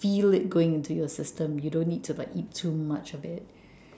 feel it going into your system you don't need to eat too much of it